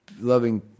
Loving